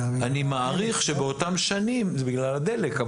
אני מעריך שבאותן שנים זה בגלל הדלק,